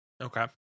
Okay